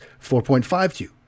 4.52